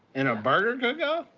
in a burger cook-off?